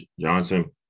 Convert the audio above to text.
Johnson